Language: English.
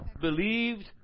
believed